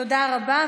תודה רבה.